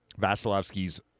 Vasilevsky's